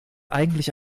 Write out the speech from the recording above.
eigentlich